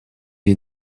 est